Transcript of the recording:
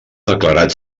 declarat